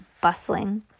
bustling